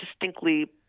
distinctly